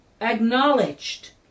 acknowledged